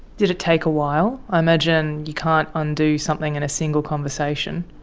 did it take a while? i imagine you can't undo something in a single conversation.